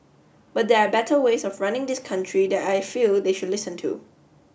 but there are better ways of running this country that I feel they should listen to